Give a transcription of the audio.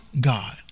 God